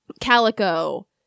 Calico